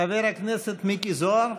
חבר הכנסת מיקי זוהר.